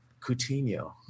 Coutinho